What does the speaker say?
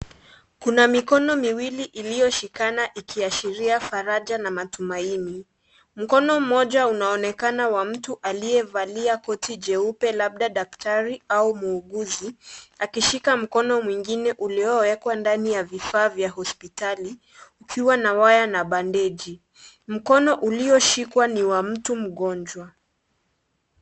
Kuna mikono miwili iliyoshikana ikiashiria faraja na matumaini, mkono moja unaonekana wa mtu aliyevalia koti jeupe labda daktari au muuguzi, akishika mkono mwingine uliowekwa ndani ya vifaa ya hospitali ukiwa na wire na bandegi ,mkono ulishikwa ni wa mtu mgonjwa.